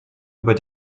über